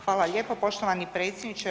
Hvala lijepo poštovani predsjedniče.